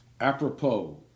Apropos